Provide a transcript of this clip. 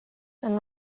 and